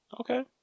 Okay